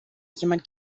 jemand